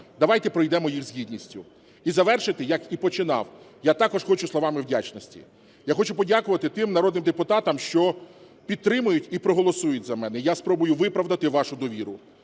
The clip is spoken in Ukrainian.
давайте пройдемо їх з гідністю. І завершити, як і починав, я також хочу словами вдячності. Я хочу подякувати тим народним депутатам, що підтримують і проголосують за мене, я спробую виправдати вашу довіру.